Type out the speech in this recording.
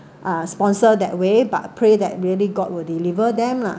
uh sponsor that way but pray that really god will deliver them lah